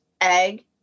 egg